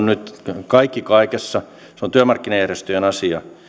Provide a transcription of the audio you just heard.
nyt kaikki kaikessa se on työmarkkinajärjestöjen asia ja